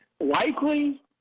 Likely